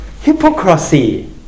hypocrisy